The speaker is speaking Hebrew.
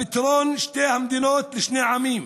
לפתרון שתי מדינות לשני עמים,